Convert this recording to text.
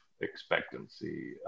expectancy